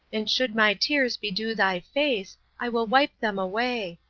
and should my tears bedew thy face, i will wipe them away.